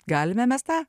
galime mes tą